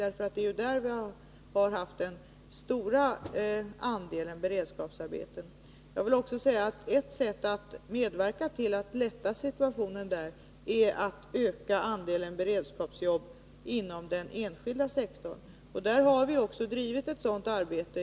Det är ju inom kommuner och landsting som vi har haft den stora andelen beredskapsarbeten. Ett sätt att medverka till att lätta situationen där är att öka andelen beredskapsjobb inom den enskilda sektorn. Där har vi också drivit ett sådant arbete.